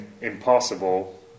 impossible